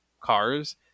cars